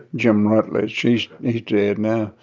jim rutledge. he's dead now.